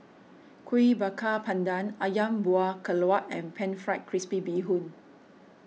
Kuih Bakar Pandan Ayam Buah Keluak and Pan Fried Crispy Bee Hoon